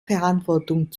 verantwortung